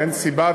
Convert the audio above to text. ואין סיבה,